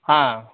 ಹಾಂ